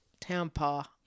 Tampa